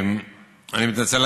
אני מתנצל.